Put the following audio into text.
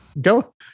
Go